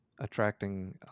attracting